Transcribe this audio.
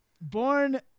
born